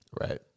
Right